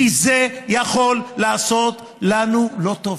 כי זה יכול לעשות לנו לא טוב.